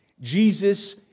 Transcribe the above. Jesus